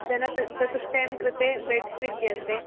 जन च चतुष्टयं कृते बेड्स् विद्यन्ते